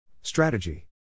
Strategy